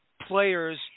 players